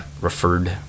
referred